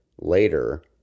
later